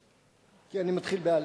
כי אני מתחיל באל"ף.